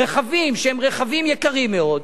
רכבים יקרים מאוד,